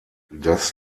das